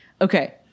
Okay